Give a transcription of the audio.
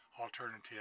alternative